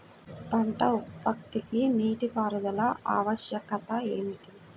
పంట ఉత్పత్తికి నీటిపారుదల ఆవశ్యకత ఏమిటీ?